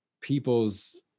people's